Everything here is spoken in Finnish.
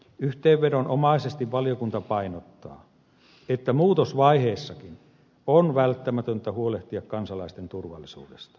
yhteenvedonomaisesti valiokunta painottaa että muutosvaiheessakin on välttämätöntä huolehtia kansalaisten turvallisuudesta